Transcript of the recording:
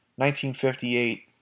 1958